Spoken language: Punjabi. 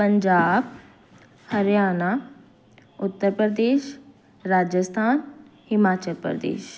ਪੰਜਾਬ ਹਰਿਆਣਾ ਉੱਤਰ ਪ੍ਰਦੇਸ਼ ਰਾਜਸਥਾਨ ਹਿਮਾਚਲ ਪ੍ਰਦੇਸ਼